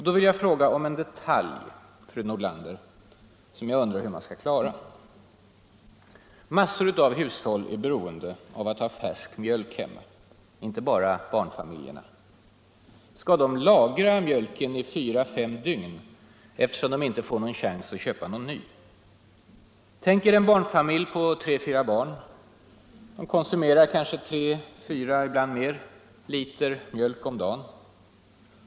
Då vill jag fråga om en detalj, som jag undrar hur man skall klara. Massor av hushåll är beroende av att ha färsk mjölk hemma, inte bara barnfamiljerna. Skall de lagra mjölken i fyra fem dygn eftersom de inte får någon chans att köpa ny? Tänk er en barnfamilj med tre fyra barn. De konsumerar kanske 3 eller 4 liter — ibland mer —- om dagen.